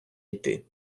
йти